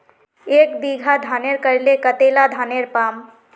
एक बीघा धानेर करले कतला धानेर पाम?